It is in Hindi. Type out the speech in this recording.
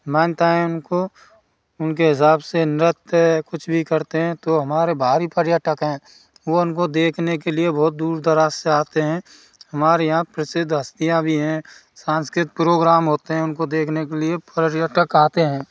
मानता है उनको उनके हिसाब से नृत्य कुछ भी करते हैं तो हमारे बाहरी पर्यटक वो उनको देखने के लिए बहुत दूर दराज से आते हैं हमारे यहाँ प्रसिद्ध हस्तियाँ भी हैं सांस्कृतिक प्रोग्राम होते हैं उनको देखने के लिए पर्यटक आते हैं